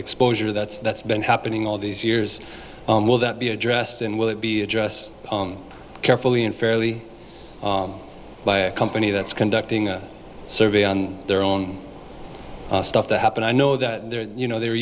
exposure that's that's been happening all these years will that be addressed and will it be addressed carefully and fairly by a company that's conducting a survey on their own stuff that happened i know that they're you know they